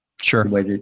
Sure